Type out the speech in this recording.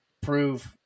prove